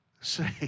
say